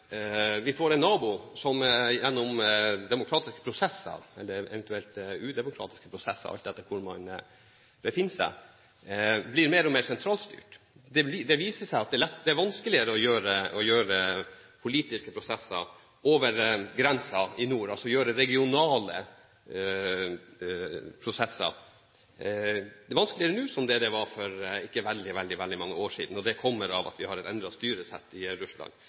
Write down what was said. vi får en nabo som gjennom demokratiske prosesser – eller eventuelt udemokratiske prosesser, alt etter hvor man befinner seg – blir mer og mer sentralstyrt. Det viser seg at det er vanskeligere å drive politiske prosesser over grensen i nord, drive regionale prosesser. Det er vanskeligere nå enn det var for ikke så veldig mange år siden. Det kommer av at vi har et endret styresett i Russland